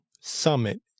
summit